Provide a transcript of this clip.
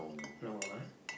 no ah